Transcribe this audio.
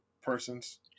persons